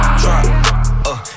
drop